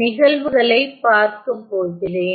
நிகழ்வுகளைப் பார்க்கப் போகிறேன்